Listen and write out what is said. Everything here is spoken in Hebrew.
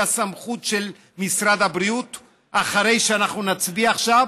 הסמכות של משרד הבריאות אחרי שאנחנו נצביע עכשיו?